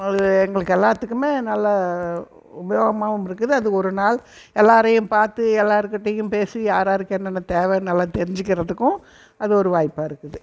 அது எங்களுக்கு எல்லாத்துக்குமே நல்ல உபயோகமாவும் இருக்குது அது ஒரு நாள் எல்லோரையும் பார்த்து எல்லார்கிட்டையும் பேசி யாராருக்கு என்னென்ன தேவைன்னு நல்லா தெரிஞ்சுக்கிறதுக்கும் அது ஒரு வாய்ப்பாக இருக்குது